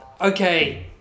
Okay